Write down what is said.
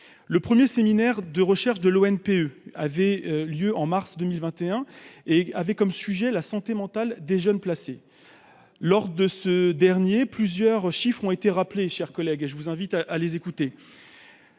le 1er séminaire de recherche de l'eau ANPE avait lieu en mars 2021 et avait comme sujet la santé mentale des jeunes placés lors de ce dernier plusieurs chiffres ont été rappelés, chers collègues, je vous invite à aller écouter